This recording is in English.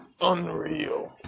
Unreal